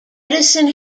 edison